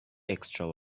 extra